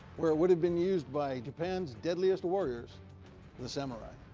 where it would have been used by japan's deadliest warriors the samurai.